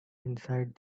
inside